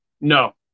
No